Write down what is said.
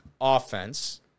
offense